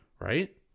Right